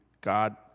God